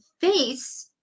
face